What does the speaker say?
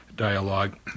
dialogue